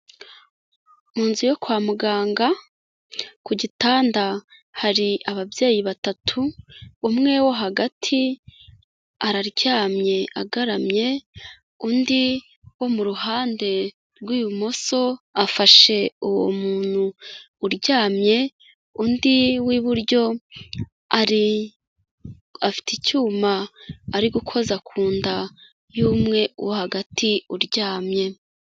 Mu nzu yo kwa muganga, ku gitanda hari ababyeyi batatu, umwe wo hagati araryamye agaramye, undi wo mu ruhande rw'ibumoso afashe uwo muntu uryamye, undi w'iburyo ari afite icyuma ari gukoza ku nda y'umwe wo hagati uryamye.